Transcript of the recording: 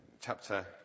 chapter